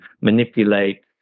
manipulate